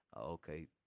okay